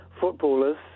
footballers